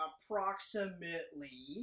approximately